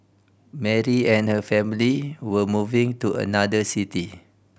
Mary and her family were moving to another city